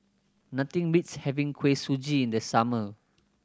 nothing beats having Kuih Suji in the summer